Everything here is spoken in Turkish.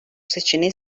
seçeneği